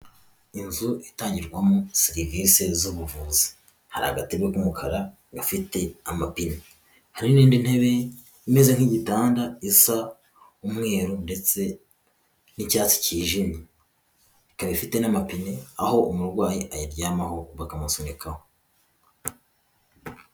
Inzu itangirwamo serivise z'ubuvuzi, hari agatebe k'umukara gafite amapine, hari n'indi ntebe imeze nk'igitanda isa umweru ndetse n'ibyakijimye, ikaba ifite n'amapine aho umurwayi ayiryamaho bakamusunikaho.